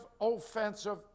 offensive